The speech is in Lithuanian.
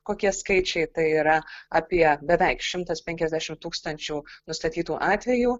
kokie skaičiai tai yra apie beveik šimtas penkiasdešimt tūkstančių nustatytų atvejų